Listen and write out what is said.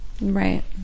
right